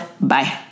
bye